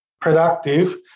productive